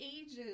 ages